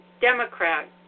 Democrat